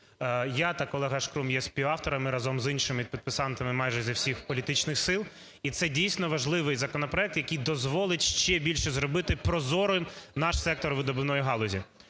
Я та колега Шкрум є співавторами разом з іншими підписантами майже зі всіх політичних сил. І це дійсно важливий законопроект, який дозволить ще більше зробити прозорим наш сектор видобувної галузі.